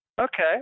Okay